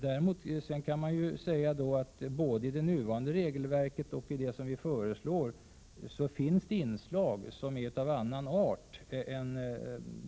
Däremot kan man naturligtvis säga att det både i det nuvarande regelverket och i det som vi föreslår finns inslag som är av annan art.